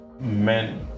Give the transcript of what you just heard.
Men